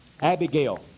Abigail